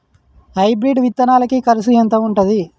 Hybrid విత్తనాలకి కరుసు ఎంత ఉంటది?